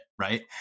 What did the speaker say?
right